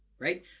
right